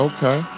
Okay